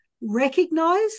recognize